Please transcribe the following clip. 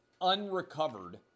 unrecovered